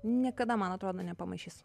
niekada man atrodo nepamaišys